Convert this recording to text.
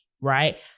right